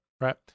right